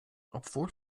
obwohl